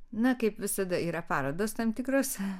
na kaip visada yra parodos tam tikros